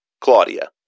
Claudia